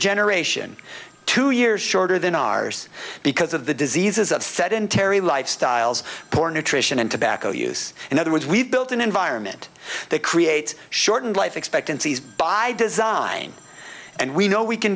generation two years shorter than ours because of the diseases of sedentary lifestyles poor nutrition and tobacco use in other words we've built an environment that creates shortened life expectancies by design and we know we can